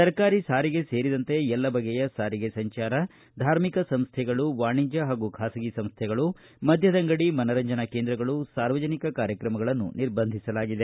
ಸರ್ಕಾರಿ ಸಾರಿಗೆ ಸೇರಿದಂತೆ ಎಲ್ಲ ಬಗೆಯ ಸಾರಿಗೆ ಸಂಚಾರ ಧಾರ್ಮಿಕ ಸಂಸ್ಟೆಗಳು ವಾಣಿಜ್ಯ ಹಾಗೂ ಖಾಸಗಿ ಸಂಸ್ಟೆಗಳು ಮದ್ಯದಂಗಡಿ ಮನರಂಜನಾ ಕೇಂದ್ರಗಳು ಸಾರ್ವಜನಿಕ ಕಾರ್ಯಕ್ರಮಗಳನ್ನು ನಿರ್ಬಂಧಿಸಲಾಗಿದೆ